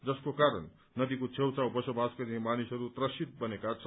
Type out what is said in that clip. जसको कारण नदीको छेउछाउ बसोबास गर्ने मानिसहरू त्रसित बनेका छन्